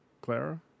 Clara